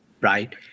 right